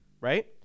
right